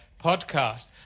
podcast